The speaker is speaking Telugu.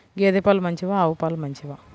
గేద పాలు మంచివా ఆవు పాలు మంచివా?